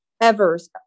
Evers